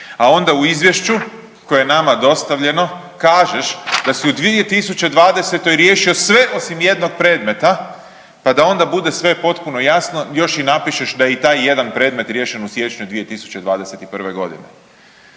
a onda u Izvješću koje je nama dostavljeno kažeš da si u 2020. riješio sve osim jednog predmeta, pa da onda bude sve potpuno jasno još i napišeš da je i taj jedan predmet riješen u siječnju 2021.godine.